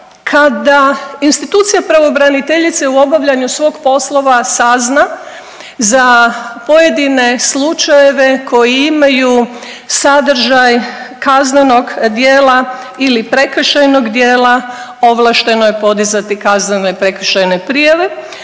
Kada institucija pravobraniteljice u obavljanju svog poslova sazna za pojedine slučajeve koji imaju sadržaj kaznenog djela ili prekršajnog djela, ovlašteno je podizati kaznene i prekršajne prijave.